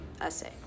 essay